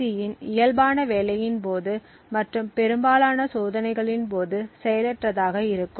சியின் இயல்பான வேலையின் போது மற்றும் பெரும்பாலான சோதனைகளின் போது செயலற்றதாக இருக்கும்